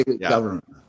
government